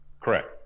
correct